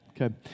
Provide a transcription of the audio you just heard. Okay